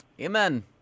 Amen